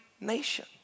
nation